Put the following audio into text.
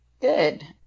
Good